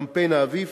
קמפיין האביב,